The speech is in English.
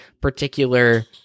particular